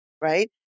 Right